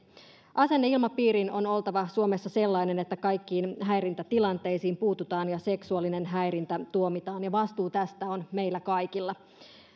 asenneilmapiirin on oltava suomessa sellainen että kaikkiin häirintätilanteisiin puututaan ja seksuaalinen häirintä tuomitaan ja vastuu tästä on meillä kaikilla